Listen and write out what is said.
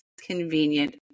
convenient